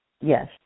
Yes